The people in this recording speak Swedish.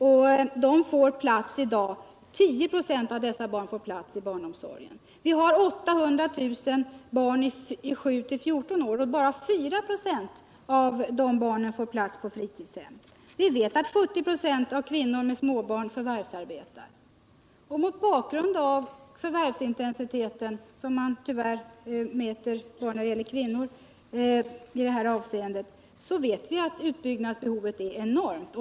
Av dessa barn får i dag 10 96 plats i barnomsorgen. Vi har 800 000 barn i åldern 7—14 år, men av dessa får endast 4 96 plats på fritidshem. Vi vet att 70 26 av kvinnor med småbarn förvärvsarbetar. Mot bakgrund av den förvärvsintensitet, som man i det här avseendet tyvärr mäter när det gäller kvinnor, vet vi att utbyggnadsbehovet är enormt.